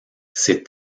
ses